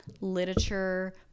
literature